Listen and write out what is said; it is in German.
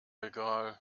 egal